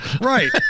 Right